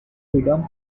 freedom